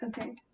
Okay